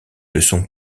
leçons